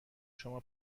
شما